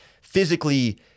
physically